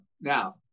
Now